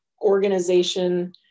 organization